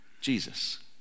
Jesus